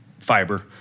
fiber—